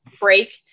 break